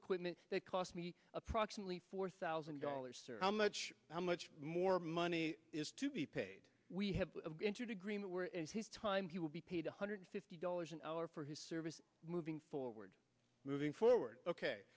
equipment that cost me approximately four thousand dollars how much how much more money is to be paid we have entered agreement his time he will be paid one hundred fifty dollars an hour for his service moving forward moving forward ok